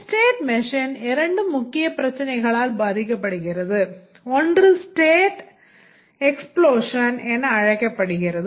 Finite State Machine என அழைக்கப்படுகிறது